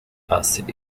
acid